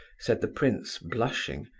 said the prince, blushing.